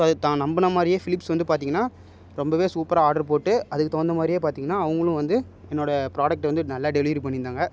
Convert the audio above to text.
so அதை தான் நம்பின மாதிரியே பிலிப்ஸ் வந்து பார்த்திங்கனா ரொம்பவே சூப்பராக ஆர்டர் போட்டு அதுக்கு தகுந்த மாதிரியே பார்த்திங்கனா அவங்களும் வந்து என்னோடய ப்ராடக்ட்டு வந்து நல்லா டெலிவரி பண்ணியிருந்தாங்க